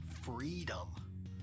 freedom